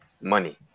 money